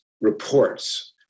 reports